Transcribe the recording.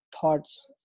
thoughts